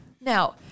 Now-